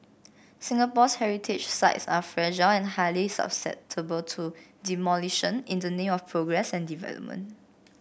Singapore's heritage sites are fragile and highly susceptible to demolition in the name of progress and development